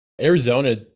Arizona